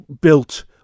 built